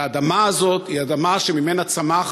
שהאדמה הזאת היא האדמה שממנה צמח